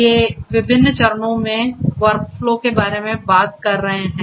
वे विभिन्न चरणों में वर्कफ़्लो के बारे में बात कर रहे हैं